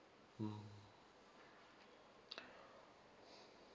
mm